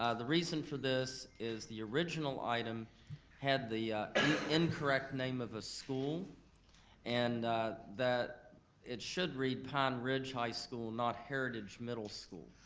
ah the reason for this is the original item had the incorrect name of a school and that it should read pine ridge high school not heritage middle school.